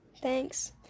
Thanks